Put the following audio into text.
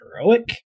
heroic